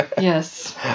yes